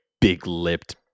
big-lipped